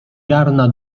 ziarna